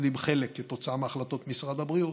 שכתוצאה מהחלטות משרד הבריאות,